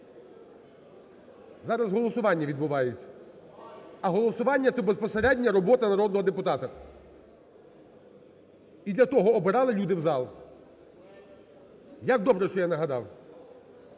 Зараз голосування відбувається. А голосування – це безпосередня робота народного депутата. І для того обирали люди в зал. Як добре, що я нагадав.